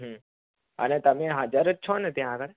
અને તમે હાજર જ છોને ત્યાં આગળ